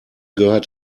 gehört